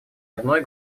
одной